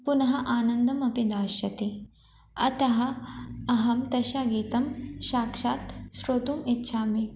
पुनः आनन्दम् अपि दास्यति अतः अहं तस्य गीतं साक्षात् श्रोतुम् इच्छामि